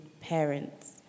parents